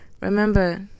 Remember